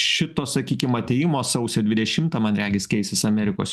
šito sakykim atėjimo sausio dvidešimtą man regis keisis amerikos